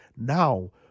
Now